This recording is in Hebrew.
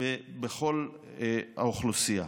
בכל האוכלוסייה?